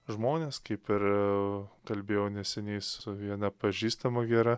žmones kaip ir kalbėjau neseniai su viena pažįstama gera